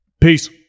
Peace